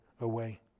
away